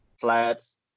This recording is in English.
flats